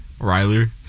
Ryler